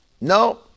no